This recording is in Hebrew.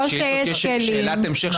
בשאילתות יש שאלת המשך,